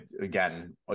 again